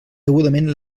degudament